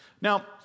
Now